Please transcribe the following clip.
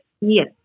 yes